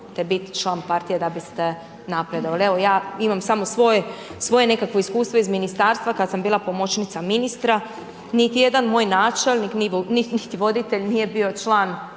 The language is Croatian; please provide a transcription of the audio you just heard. biti član partije da biste napredovali. Evo ja imam samo svoje nekakvo iskustvo iz ministarstva kada sam bila pomoćnica ministra. Niti jedan moj načelnik, niti voditelj nije bio član